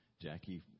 Jackie